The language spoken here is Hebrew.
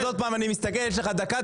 יש לך דקה,